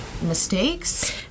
mistakes